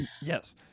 Yes